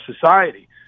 society